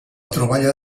troballa